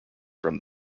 from